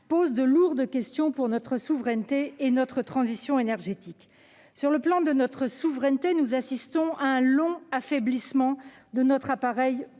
pose de lourdes questions pour notre souveraineté et notre transition énergétiques. Concernant notre souveraineté, nous assistons à un long affaiblissement de notre appareil